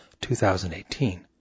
2018